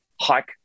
hike